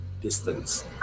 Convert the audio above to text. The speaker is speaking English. distance